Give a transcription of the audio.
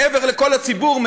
מעבר לכל הציבור,